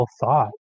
thought